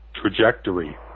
trajectory